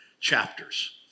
chapters